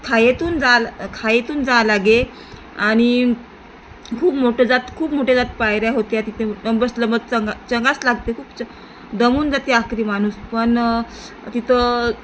खायेतून जाल खायतून जा लागे आणि खूप मोठे जात खूप मोठे जात पायऱ्या होत्या तिथे बस लंबस लम्बत चंग चंगास लागते खूप च दमून जाते आकरी माणूस पण तिथं